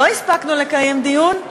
לא הספקנו לקיים דיון,